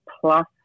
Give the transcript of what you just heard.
plus